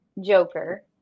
Joker